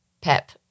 Pep